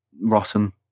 rotten